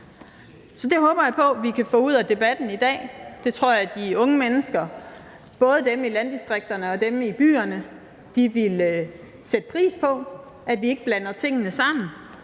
Så det håber jeg på vi kan få ud af debatten i dag. Det tror jeg de unge mennesker, både dem i landdistrikterne og dem i byerne, ville sætte pris på – at vi ikke blander tingene sammen,